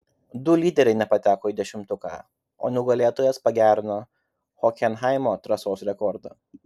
du lyderiai nepateko į dešimtuką o nugalėtojas pagerino hokenhaimo trasos rekordą